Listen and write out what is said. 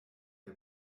der